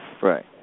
Right